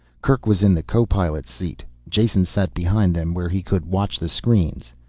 kerk was in the co-pilot's seat, jason sat behind them where he could watch the screens.